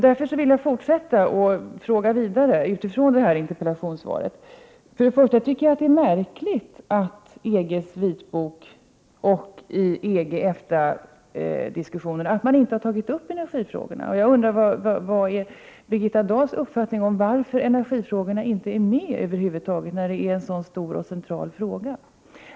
Därför vill jag fortsätta och fråga vidare, utifrån interpellationssvaret. Först och främst tycker jag det är märkligt att EG:s vitbok och EG-EFTA diskussionerna inte har tagit upp energifrågan. Jag undrar: Vad har Birgitta Dahl för uppfattning om varför energifrågan över huvud taget inte är med, när den är så stor och så central?